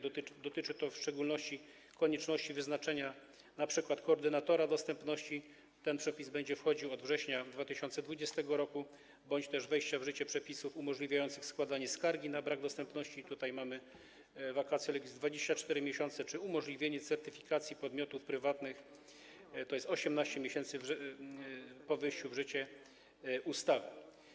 Dotyczy to w szczególności konieczności wyznaczenia koordynatora dostępności - ten przepis wejdzie w życie od września 2020 r. - bądź też wejścia w życie przepisów umożliwiających składanie skargi na brak dostępności - tutaj mamy vacatio legis wynoszące 24 miesiące - czy umożliwienia certyfikacji podmiotów prywatnych - na to mamy 18 miesięcy po wejściu w życie ustawy.